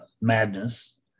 madness